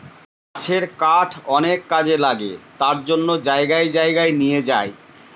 গাছের কাঠ অনেক কাজে লাগে তার জন্য জায়গায় জায়গায় নিয়ে যায়